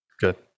Good